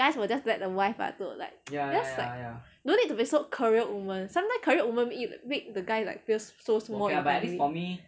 guys will just let the wife what to like just like don't need to be so career women sometime career women ma~ make the guy like feel so small